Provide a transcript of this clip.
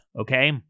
Okay